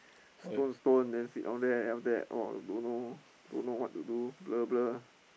stone stone then sit down there then after oh don't know don't know what to do blur blur